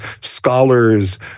scholars